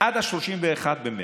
עד 31 במרץ,